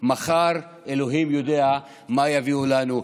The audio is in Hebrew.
ומחר אלוהים יודע מה יביאו לנו,